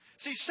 See